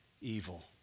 evil